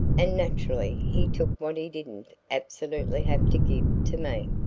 and naturally he took what he didn't absolutely have to give to me.